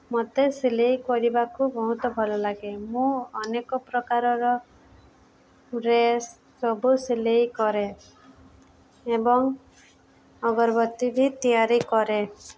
ମୋତେ ସିଲେଇ କରିବାକୁ ବହୁତ ଭଲ ଲାଗେ ମୁଁ ଅନେକ ପ୍ରକାରର ଡ୍ରେସ୍ ସବୁ ସିଲେଇ କରେ ଏବଂ ଅଗରବତୀ ବି ତିଆରି କରେ